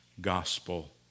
gospel